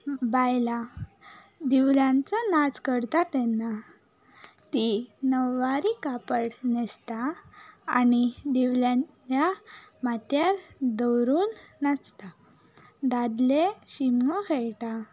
बायलां दिवल्यांचो नाच करतात तेन्ना तीं नव्वारी कापड न्हेंसता आनी दिवल्या ल्या मात्यार दवरून नाचता दादले शिमगो खेळटा